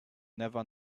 never